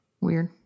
Weird